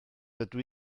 dydw